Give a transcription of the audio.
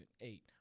eight